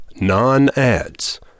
non-ads